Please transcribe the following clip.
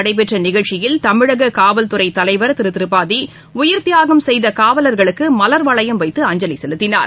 நடைபெற்றநிகழ்ச்சியில் தமிழககாவல்துறைதலைவர் சென்னையில் திருதிரிபாதிஉயிர்த்தியாகம் செய்தகாவலர்களுக்குமலர்வளையம் வைத்து அஞ்சலிசெலுத்தினார்